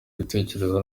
ibitekerezo